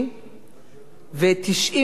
ו-90 חנויות של "צומת"